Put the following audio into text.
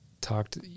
talked